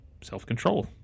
self-control